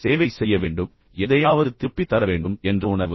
சேவை செய்ய வேண்டும் எதையாவது திருப்பித் தர வேண்டும் என்ற உணர்வு